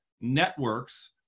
networks